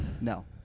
No